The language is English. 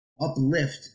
uplift